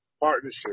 partnership